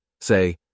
Say